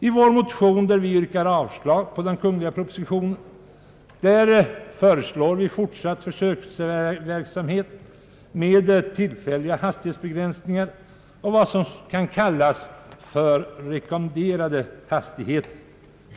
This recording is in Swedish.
I vår motion, där vi yrkar avslag på den kungliga propositionen, föreslår vi fortsatt försöksverksamhet med tillfälliga hastighetsbegränsningar och vad som kan kallas för rekommenderade hastigheter.